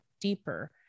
deeper